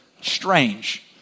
strange